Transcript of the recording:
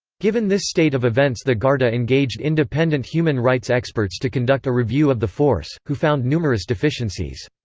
given this state of events the garda engaged independent human rights experts to conduct a review of the force, who found numerous deficiencies.